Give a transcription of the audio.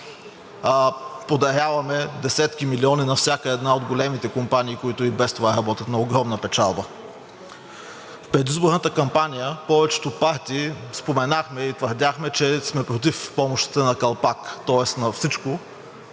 подаряваме десетки милиони на всяка една от големите компании, които и без това работят на огромна печалба. В предизборната кампания повечето партии споменахме и твърдяхме, че сме против помощите на калпак, тоест на всичко